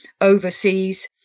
overseas